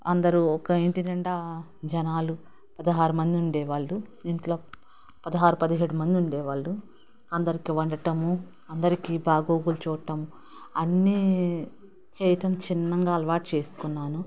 అందరూ ఒక ఇంటి నిండా జనాలు పదహారు మంది ఉండేవాళ్ళు ఇంట్లో పదహారు పదిహేడు మంది ఉండేవాళ్ళు అందరికి వండటము అందరికి బాగోగులు చూడటం అన్ని చెయ్యటం చిన్నగా అలవాటు చేసుకున్నాను